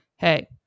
Hey